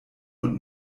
und